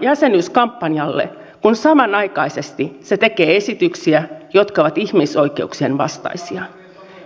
jäsenyyskampanjalle kun samanaikaisesti hallitus tekee esityksiä jotka ovat ihmisoikeuksien vastaisia